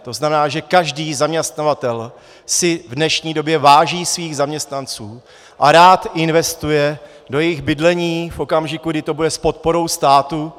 To znamená, že každý zaměstnavatel si v dnešní době váží svých zaměstnanců a rád investuje do jejich bydlení v okamžiku, kdy to bude s podporou státu.